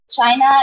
China